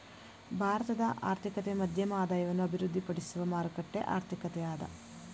ಭಾರತದ ಆರ್ಥಿಕತೆ ಮಧ್ಯಮ ಆದಾಯವನ್ನ ಅಭಿವೃದ್ಧಿಪಡಿಸುವ ಮಾರುಕಟ್ಟೆ ಆರ್ಥಿಕತೆ ಅದ